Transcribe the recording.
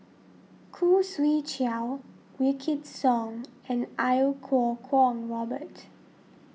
Khoo Swee Chiow Wykidd Song and Iau Kuo Kwong Robert